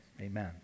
Amen